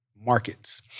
Markets